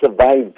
survived